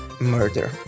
murder